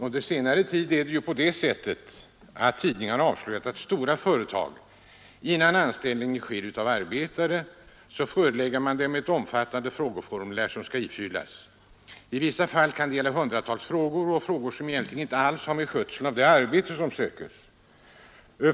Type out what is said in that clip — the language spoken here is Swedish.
Under senare tid har det varit på det sättet, har tidningarna avslöjat, att stora företag innan anställning sker förelägger de arbetssökande ett omfattande frågeformulär, som skall ifyllas. I vissa fall kan det gälla hundratals frågor — frågor som egentligen inte har att göra med skötseln av det arbete som söks.